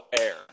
air